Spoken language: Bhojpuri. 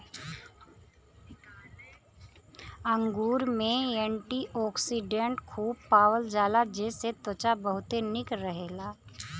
अंगूर में एंटीओक्सिडेंट खूब पावल जाला जेसे त्वचा बहुते निक रहेला